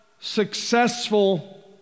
successful